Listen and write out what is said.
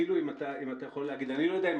אפילו אם אתה יכול להגיד, אני לא יודע.